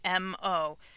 MO